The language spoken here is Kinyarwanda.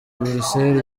buruseli